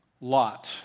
Lot